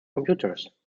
computers